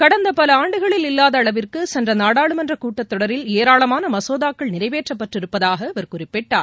கடந்த பல ஆண்டுகளில் இல்லாத அளவிற்கு சென்ற நாடாளுமன்ற கூட்டத்தொடரில் ஏராளமான மசோதாக்கள் நிறைவேற்றப்பட்டிருப்பதாக அவர் குறிப்பிட்டார்